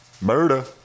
murder